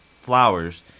flowers